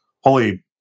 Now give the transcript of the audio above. holy